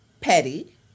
petty